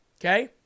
Okay